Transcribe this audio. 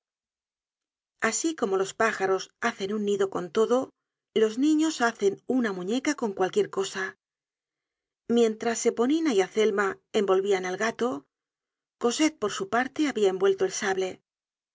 asi como los pájaros hacen un nido con todo los niños hacen una muñeca con cualquier cosa mientras eponina y azelma envolvian al gato cosette por su parte habia envuelto el sable